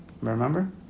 Remember